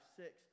six